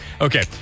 Okay